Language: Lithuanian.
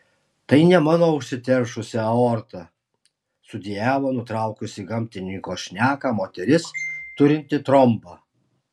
tai ne mano užsiteršusi aorta sudejavo nutraukusi gamtininko šneką moteris turinti trombą